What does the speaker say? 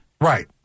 Right